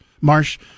Marsh